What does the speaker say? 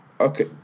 Okay